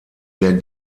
der